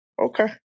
Okay